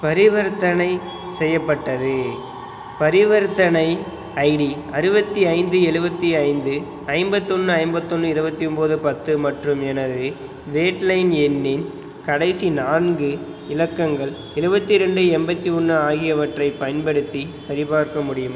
பரிவர்த்தனை செய்யப்பட்டது பரிவர்த்தனை ஐடி அறுபத்தி ஐந்து எழுவத்தி ஐந்து ஐம்பத்தொன்று ஐம்பத்தொன்று இருபத்தி ஒம்பது பத்து மற்றும் எனது வேட்லைன் எண்ணின் கடைசி நான்கு இலக்கங்கள் எழுவத்தி ரெண்டு எண்பத்தி ஒன்று ஆகியவற்றைப் பயன்படுத்தி சரிபார்க்க முடியுமா